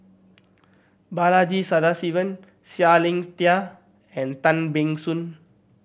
Balaji Sadasivan Seah Liang Seah and Tan Ban Soon